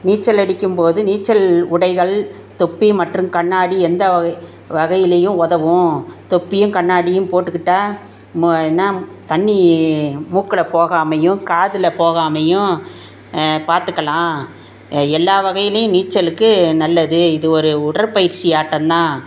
நீச்சல் அடிக்கும் போது நீச்சல் உடைகள் தொப்பி மற்றும் கண்ணாடி எந்த வகை வகைலேயும் உதவும் தொப்பியும் கண்ணாடியும் போட்டுக்கிட்டால் என்ன தண்ணி மூக்கில் போகாமயும் காதில் போகாமயும் பார்த்துக்கலாம் எல்லா வகைலேயும் நீச்சலுக்கு நல்லது இது ஒரு உடற்பயிற்சி ஆட்டம் தான்